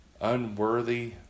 unworthy